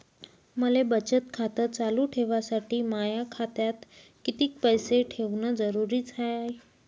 मले बचत खातं चालू ठेवासाठी माया खात्यात कितीक पैसे ठेवण जरुरीच हाय?